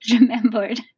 remembered